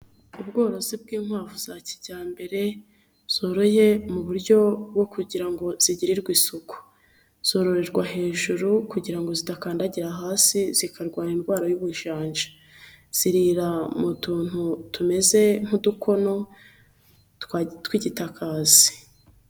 Ubworozi bw'inkwavu za kijyambere, zoroye mu buryo bwo kugira ngo zigirirwe isuku. Zororerwa hejuru kugira ngo zidakandagira hasi zikarwara indwara y'ubujaja. Zirira mu tuntu tumeze nk'udukono tw'igitakazi.